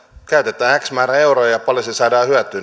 käytetään x määrä euroja ja sitä paljonko sillä saadaan hyötyä